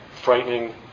frightening